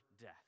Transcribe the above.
death